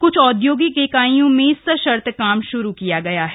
क्छ औद्योगिक इकाइयों में सशर्त काम श्रू किया गया है